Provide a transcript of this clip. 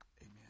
Amen